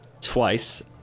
twice